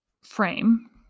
frame